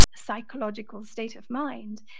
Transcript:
psychological state of mind.